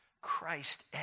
Christ